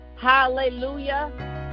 Hallelujah